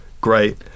great